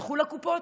הלכו לקופות,